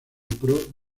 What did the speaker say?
pro